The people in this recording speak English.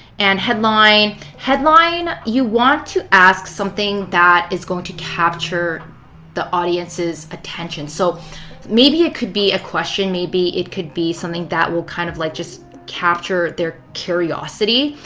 and headline, headline, you want to ask something that is going to capture the audiences' attention. so maybe it could be a question. maybe it could be something that will kind of like just capture their curiousity.